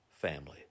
family